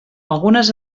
algunes